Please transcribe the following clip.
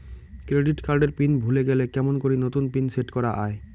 Credit card এর pin ভুলে গেলে কেমন করি নতুন পিন সেট করা য়ায়?